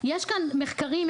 יש כאן מחקרים,